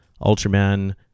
Ultraman